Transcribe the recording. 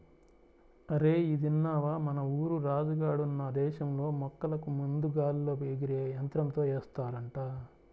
అరేయ్ ఇదిన్నవా, మన ఊరు రాజు గాడున్న దేశంలో మొక్కలకు మందు గాల్లో ఎగిరే యంత్రంతో ఏస్తారంట